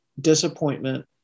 disappointment